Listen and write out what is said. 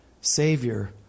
Savior